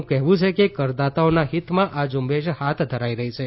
નું કહેવું છે કે કરદાતાઓના હિતમાં આ ઝુંબેશ હાથ ધરાઈ રહી છે